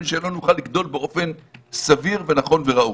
שבו לא נוכל לגדול באופן סביר ונכון וראוי.